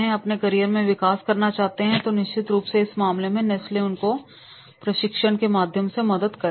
अपने करियर में विकास चाहते हैं तो निश्चित रूप से इस मामले में नेस्ले उन्हें प्रशिक्षण के माध्यम से मदद करेगा